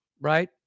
right